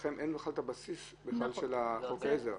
לכם אין את הבסיס של חוק העזר.